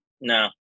no